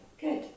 good